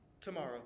Tomorrow